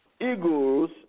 Eagles